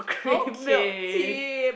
okay